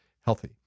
healthy